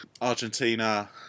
Argentina